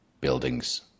buildings